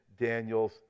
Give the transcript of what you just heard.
Daniel's